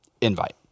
invite